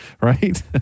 right